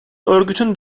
örgütün